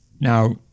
Now